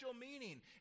meaning